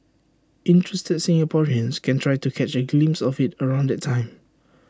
interested Singaporeans can try to catch A glimpse of IT around that time